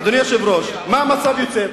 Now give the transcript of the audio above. אדוני היושב-ראש, מה יוצא מהמצב?